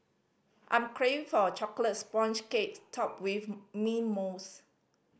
I'm crave for a chocolate sponge cakes topped with mint mousse